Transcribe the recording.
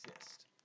exist